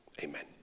Amen